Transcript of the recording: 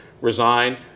resign